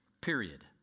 period